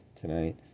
tonight